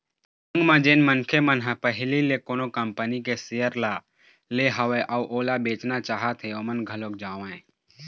संग म जेन मनखे मन ह पहिली ले कोनो कंपनी के सेयर ल ले हवय अउ ओला बेचना चाहत हें ओमन घलोक जावँय